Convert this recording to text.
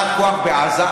בעד הפעלת כוח בעזה,